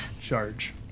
charge